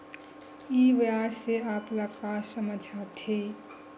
ई व्यवसाय से आप ल का समझ आथे?